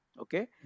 Okay